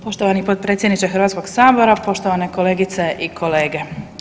Poštovani potpredsjedniče Hrvatskoga sabora, poštovane kolegice i kolege.